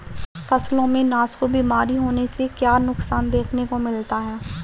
फसलों में नासूर बीमारी होने से क्या नुकसान देखने को मिलता है?